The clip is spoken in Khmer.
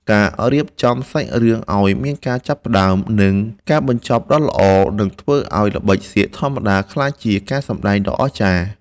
ការរៀបចំសាច់រឿងឱ្យមានការចាប់ផ្តើម និង ការបញ្ចប់ដ៏ល្អនឹងធ្វើឱ្យល្បិចសៀកធម្មតាក្លាយជាការសម្តែងដ៏អស្ចារ្យ។